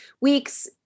weeks